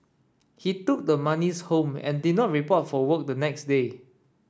he took the monies home and did not report for work the next day